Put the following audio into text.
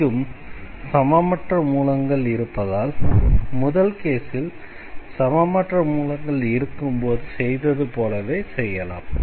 இங்கும் சமமற்ற மூலங்கள் இருப்பதால் முதல் கேஸில் சமமற்ற மூலங்கள் இருக்கும்போது செய்தது போலவே செய்யலாம்